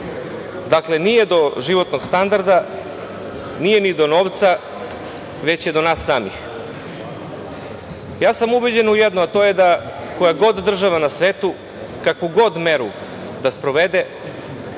Dakle, nije do životnog standarda, nije ni do novca, već je do nas samih. Ja sam ubeđen u jedno, a to je da koja god država na svetu, kakvu god meru da sprovede,